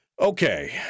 Okay